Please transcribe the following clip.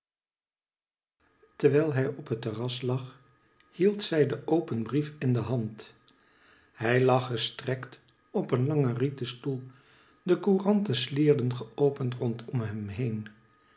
terwiji hij op het terras lag hield zij den open brief in de hand hij lag gestrekt op een langen rieten stoel de couranten slierden geopend rondom hem heen